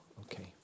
okay